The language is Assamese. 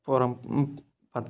পৰম পাত